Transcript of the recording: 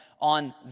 on